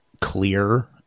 clear